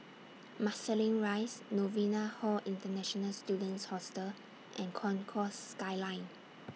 Marsiling Rise Novena Hall International Students Hostel and Concourse Skyline